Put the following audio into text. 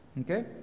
Okay